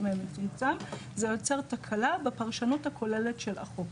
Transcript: ומצומצם זה יוצר תקלה בפרשנות הכוללת של החוק